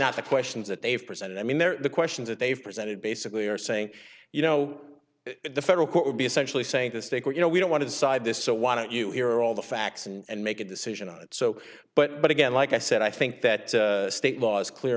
not the questions that they've presented i mean there are the questions that they've presented basically are saying you know the federal court would be essentially saying to state what you know we don't want to decide this so why don't you hear all the facts and make a decision on it so but but again like i said i think that state law is clear